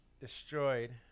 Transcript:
destroyed